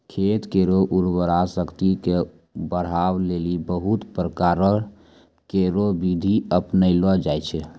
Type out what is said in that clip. खेत केरो उर्वरा शक्ति क बढ़ाय लेलि बहुत प्रकारो केरो बिधि अपनैलो जाय छै